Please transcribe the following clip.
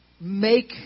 make